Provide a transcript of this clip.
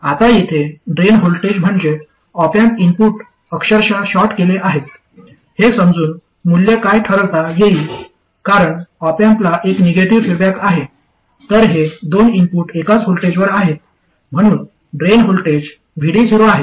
आता येथे drain voltage म्हणजे ऑप अँप इनपुट अक्षरशः शॉर्ट केले आहेत हे समजून मूल्य काय ठरवता येईल कारण ऑप अँपला एक निगेटिव्ह फीडबॅक आहे तर हे दोन इनपुट एकाच व्होल्टेजवर आहेत म्हणून ड्रेन व्होल्टेज VD0 आहे